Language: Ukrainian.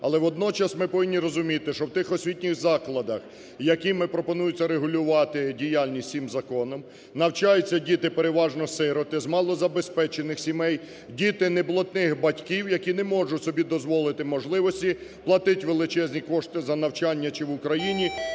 Але водночас ми повинні розуміти, що в тих освітніх закладах, якими пропонується регулювати діяльність цим законом, навчаються діти переважно сироти, з малозабезпечених сімей, діти не блатних батьків, які не можуть собі дозволити можливості платити величезні кошти за навчання чи в Україні,